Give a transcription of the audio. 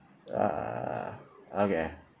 uh okay